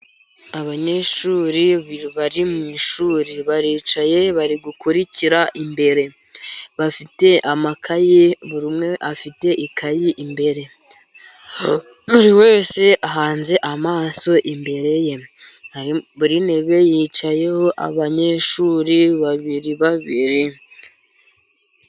Abanyeshuri bari mu ishuri baricaye bari gukurikira imbere, bafite amakaye buri umwe afite ikayi imbere, buri wese ahanze amaso imbere ye, buri ntebe yicayeho abanyeshuri babiri babiri.